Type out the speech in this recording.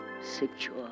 secure